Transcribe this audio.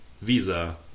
visa